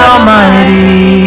Almighty